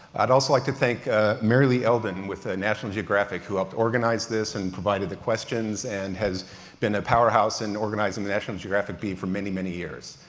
i'd also like to thank ah mary lee elden with ah national geographic who helped organize this and provided the questions and has been a powerhouse in organizing the national geographic bee for many, many years.